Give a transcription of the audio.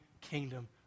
kingdom